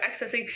accessing